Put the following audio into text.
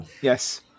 yes